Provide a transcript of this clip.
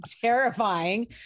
terrifying